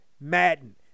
Madden